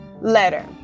letter